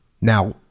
Now